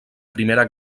primera